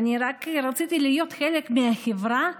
אני רק רציתי להיות חלק מהחברה,